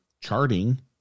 charting